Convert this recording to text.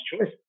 Choice